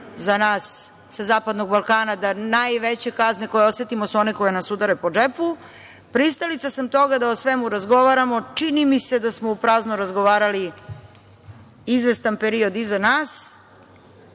za nas sa zapadnog Balkana da najveće kazne koje osetimo su one koje nas udare po džepu. Pristalica sam toga da o svemu razgovaramo. Čini mi se da smo u prazno razgovarali izvestan period iza nas.